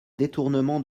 détournement